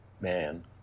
man